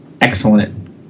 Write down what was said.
excellent